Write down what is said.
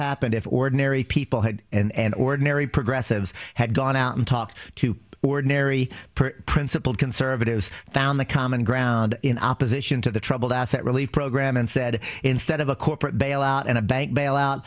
happened if ordinary people had and ordinary progressives had gone out and talk to ordinary principled conservatives found the common ground in opposition to the troubled asset relief program and said instead of a corporate bailout and a bank bailout